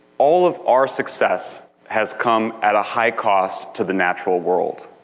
all of our success has come at a high cost to the natural world.